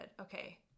Okay